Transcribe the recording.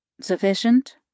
Sufficient